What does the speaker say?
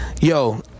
Yo